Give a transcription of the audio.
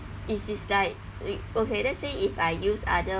it's it's like uh okay let's say if I use other